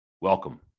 welcome